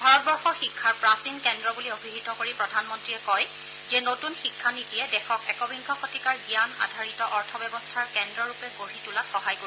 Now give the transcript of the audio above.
ভাৰতবৰ্ষক শিক্ষাৰ প্ৰাচীন কেন্দ্ৰ বুলি অভিহিত কৰি প্ৰধানমন্ত্ৰীয়ে কয় যে নতুন শিক্ষা নীতিয়ে দেশক একবিংশ শতিকাৰ জ্ঞান আধাৰিত অৰ্থ ব্যৱস্থাৰ কেন্দ্ৰৰূপে গঢ়ি তোলাত সহায় কৰিব